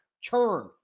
churn